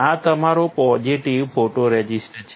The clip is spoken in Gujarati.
આ તમારો પોઝિટિવ ફોટોરઝિસ્ટ છે